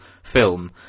film